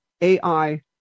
AI